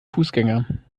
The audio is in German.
fußgänger